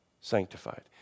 sanctified